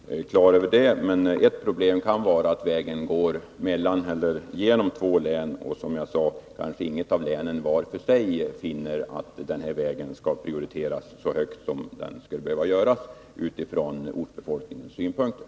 Herr talman! Jag är klar över detta. Men ett problem kan vara att vägen går genom två län. Som jag sade finner kanske inte något av de båda länen att den aktuella vägen skall prioriteras i den utsträckning som skulle behövas från ortbefolkningens synpunkt sett.